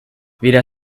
weder